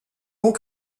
ont